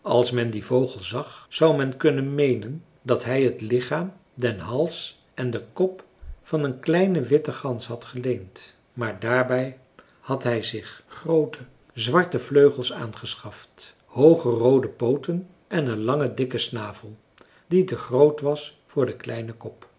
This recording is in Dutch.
als men dien vogel zag zou men kunnen meenen dat hij het lichaam den hals en den kop van een kleine witte gans had geleend maar daarbij had hij zich groote zwarte vleugels aangeschaft hooge roode pooten en een langen dikken snavel die te groot was voor den kleinen kop